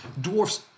dwarfs